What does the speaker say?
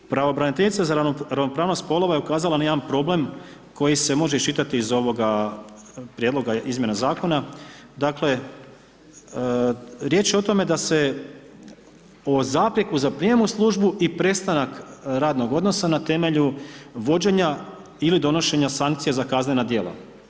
Pravobraniteljica za ravnopravnost spolova je ukazala na jedan problem koji se može iščitati iz ovoga Prijedloga izmjena Zakona, dakle riječ je o tome da se o zapreku za prijem u službu i prestanak radnog odnosa na temelju vođenja ili donošenja sankcija za kaznena djela.